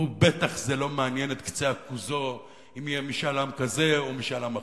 ובטח זה לא מעניין את קצה עכוזו אם יהיה משאל עם כזה או משאל עם אחר.